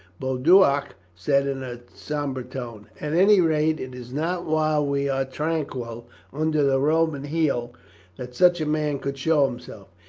boduoc said in a sombre tone, at any rate it is not while we are tranquil under the roman heel that such a man could show himself.